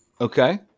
Okay